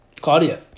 Claudia